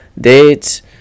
dates